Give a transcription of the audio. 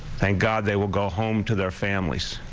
thank god. they will go home to their families.